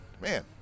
man